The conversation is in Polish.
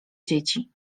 dzieci